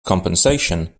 compensation